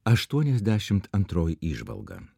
aštuoniasdešimt antroji įžvalga